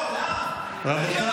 זה לא דיון רב-משתתפים.